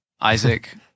Isaac